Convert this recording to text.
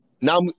now